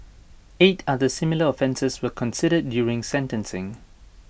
eight other similar offences were considered during sentencing